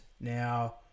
Now